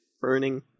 burning